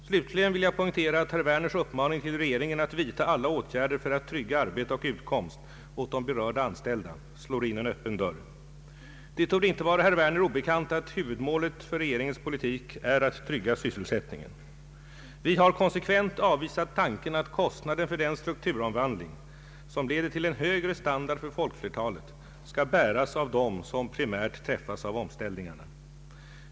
Slutligen vill jag poängtera att herr Werners uppmaning till regeringen att vidta alla åtgärder för att trygga arbete och utkomst åt de berörda anställda slår in en öppen dörr. Det torde inte vara herr Werner obekant, att huvudmålet för regeringens politik är att trygga sysselsättningen, Vi har konsekvent avvisat tanken att kostnaden för den strukturomvandling som leder till en högre standard för folkflertalet skall bäras av dem som primärt träffas av omställningarna.